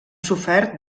sofert